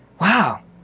Wow